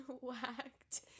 whacked